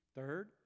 third